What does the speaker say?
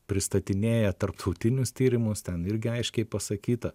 pristatinėja tarptautinius tyrimus ten irgi aiškiai pasakyta